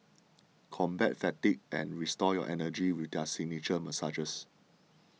combat fatigue and restore your energy with their signature massages